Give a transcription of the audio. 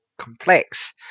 complex